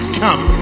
come